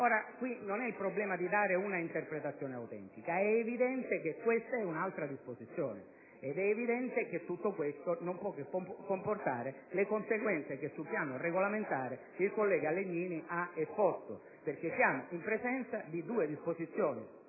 problema non è quello di dare un'interpretazione autentica: è evidente che questa è un'altra disposizione e che tutto questo non può che comportare le conseguenze che sul piano regolamentare il collega Legnini ha esposto. Siamo infatti in presenza di due disposizioni,